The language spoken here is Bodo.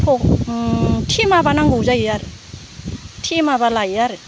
थेमा बा नांगौ जायो आरो थेमा बा लायो आरो